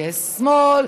יש שמאל,